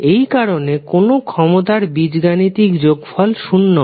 এই কারনে কোন ক্ষমতার বীজগাণিতিক যোগফল শূন্য হয়